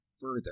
further